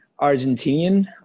Argentinian